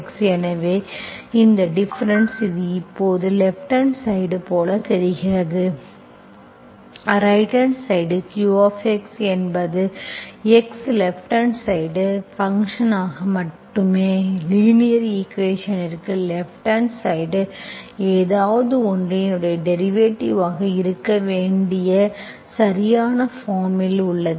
எனவே என்ன டிஃபரென்ஸ் இது இப்போது லேப்ப்ட்ஹாண்ட் சைடு போல் தெரிகிறது ரைட் சைடு qx என்பது x லேப்ப்ட்ஹாண்ட் சைடு ஃபங்க்ஷன்ஆக மட்டுமே லீனியர் ஈக்குவேஷன்ற்கு லேப்ப்ட்ஹாண்ட் சைடு ஏதோவொன்றின் டெரிவேட்டிவ் ஆக இருக்க வேண்டிய சரியான பார்ம் இல் உள்ளது